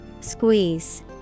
Squeeze